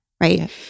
right